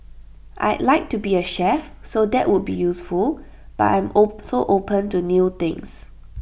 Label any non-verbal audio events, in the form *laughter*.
I'd like to be A chef so that would be useful but I'm *unintelligible* so open to new things